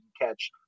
catch